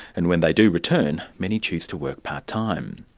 and when they do return, many choose to work part-time.